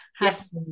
Yes